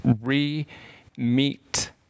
re-meet